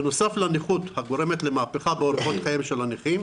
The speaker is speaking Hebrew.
בנוסף לנכות הגורמת למהפכה באורחות חייהם של הנכים,